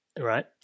right